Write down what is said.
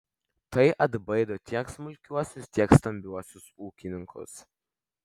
tai atbaido tiek smulkiuosius tiek stambiuosius ūkininkus